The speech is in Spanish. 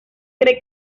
cree